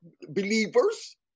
believers